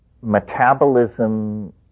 Metabolism